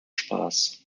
spaß